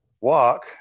walk